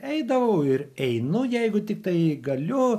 eidavau ir einu jeigu tiktai galiu